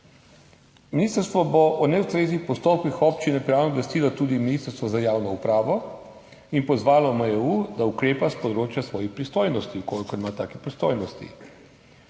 Ministrstvo bo o neustreznih postopkih Občine Piran obvestilo tudi Ministrstvo za javno upravo in pozvalo MJU, da ukrepa s področja svojih pristojnosti, če ima take pristojnosti.